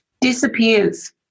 disappears